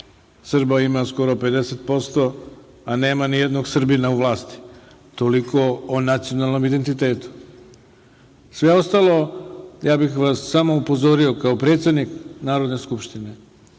Srba ima skoro 50%, a nema ni jednog Srbina u vlasti. Toliko o nacionalnom identitetu. Sve ostalo ja bih vas samo upozorio kao predsednik Narodne skupštine,